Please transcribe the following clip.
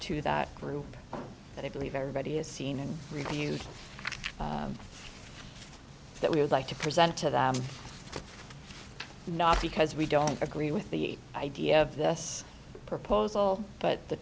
to that group that i believe everybody has seen and review that we would like to present to them not because we don't agree with the idea of this proposal but the